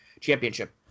Championship